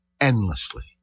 endlessly